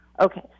Okay